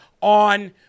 on